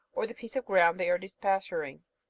or the piece of ground they are depasturing,